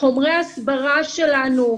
חומרי הסברה שלנו,